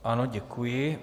Ano, děkuji.